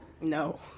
No